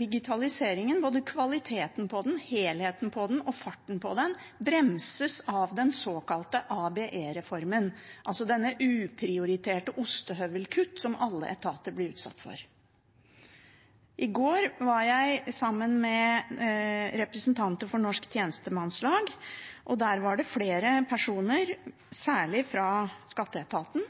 digitaliseringen, både kvaliteten på den, helheten i den og farten på den, bremses av den såkalte ABE-reformen, altså uprioriterte ostehøvelkutt, som alle etater blir utsatt for. I går var jeg sammen med representanter for Norsk Tjenestemannslag, og der var det flere personer, særlig fra skatteetaten,